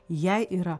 jai yra